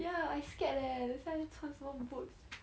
ya I scared leh 等一下又穿什么 boots